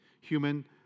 human